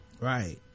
Right